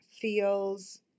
feels